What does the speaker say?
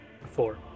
Four